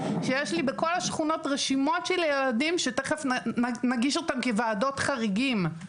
שיש לי בכל השכונות רשימות של ילדים שתיכף נגיש אותם כוועדות חריגים,